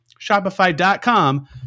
Shopify.com